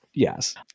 Yes